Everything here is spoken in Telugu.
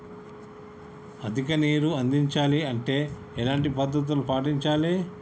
అధిక నీరు అందించాలి అంటే ఎలాంటి పద్ధతులు పాటించాలి?